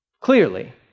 clearly